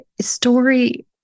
story